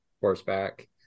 horseback